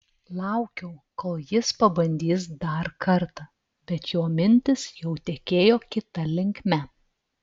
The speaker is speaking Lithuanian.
laukiau kol jis pabandys dar kartą bet jo mintys jau tekėjo kita linkme